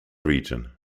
region